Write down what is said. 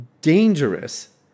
dangerous